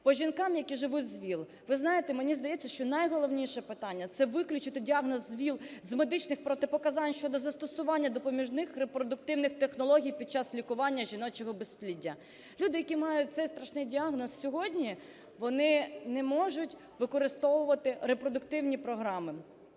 По жінкам, які живуть з ВІЛ. Ви знаєте, мені здається, що найголовніше питання – це виключити діагноз з ВІЛ з медичних протипоказань щодо застосування допоміжних репродуктивних технологій під час лікування жіночого безпліддя. Люди, які мають цей страшний діагноз сьогодні, вони не можуть використовувати репродуктивні програми.